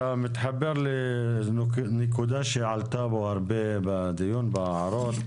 אתה מתחבר לנקודה שעלתה פה הרבה בדיון בהערות,